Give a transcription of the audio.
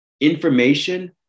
information